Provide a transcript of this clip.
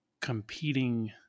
competing